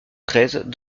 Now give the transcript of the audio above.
treize